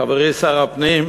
חברי שר הפנים,